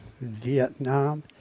Vietnam